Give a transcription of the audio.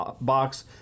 box